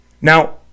Now